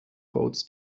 courts